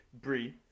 Brie